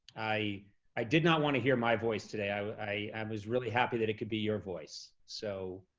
i i did not wanna hear my voice today. i i um was really happy that it could be your voice, so